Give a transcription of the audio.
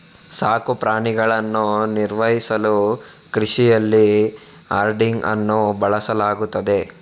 ಸಾಕು ಪ್ರಾಣಿಗಳನ್ನು ನಿರ್ವಹಿಸಲು ಕೃಷಿಯಲ್ಲಿ ಹರ್ಡಿಂಗ್ ಅನ್ನು ಬಳಸಲಾಗುತ್ತದೆ